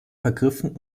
vergriffen